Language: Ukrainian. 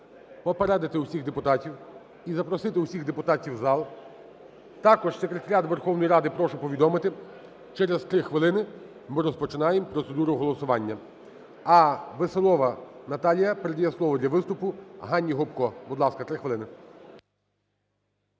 попередити усіх депутатів, і запросити усіх депутатів в зал. Також Секретаріат Верховної Ради прошу повідомити: через 3 хвилини ми розпочинаємо процедуру голосування. А Веселова Наталія передає слово для виступу Ганні Гопко. Будь ласка, 3 хвилини.